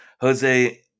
Jose